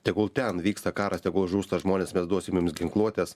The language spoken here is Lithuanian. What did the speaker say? tegul ten vyksta karas tegul žūsta žmonės mes duosim jums ginkluotės